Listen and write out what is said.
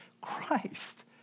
Christ